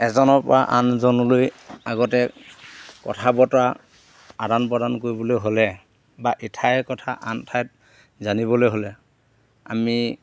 এজনৰ পৰা আনজনলৈ আগতে কথা বতৰা আদান প্ৰদান কৰিবলৈ হ'লে বা ইঠাইৰ কথা আন ঠাইত জানিবলৈ হ'লে আমি